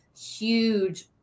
huge